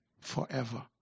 forever